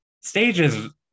Stages